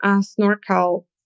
snorkel